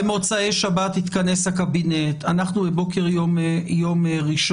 במוצאי שבת התכנס הקבינט, אנחנו בבוקר יום ראשון.